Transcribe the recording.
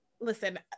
listen